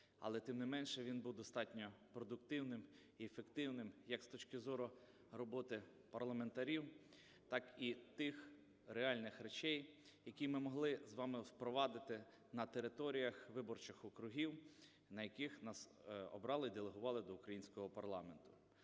але тим не менше він був достатньо продуктивним і ефективним як з точки зору роботи парламентарів, так і тих реальних речей, які ми могли з вами впровадити на територіях виборчих округів, на яких нас обрали і делегували до українського парламенту.